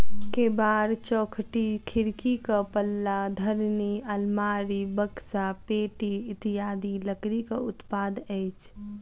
केबाड़, चौखटि, खिड़कीक पल्ला, धरनि, आलमारी, बकसा, पेटी इत्यादि लकड़ीक उत्पाद अछि